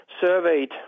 surveyed